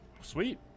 sweet